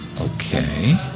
Okay